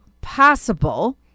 possible